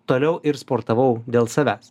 toliau ir sportavau dėl savęs